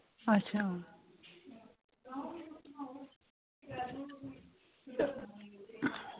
अच्छा